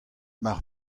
mar